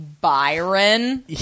Byron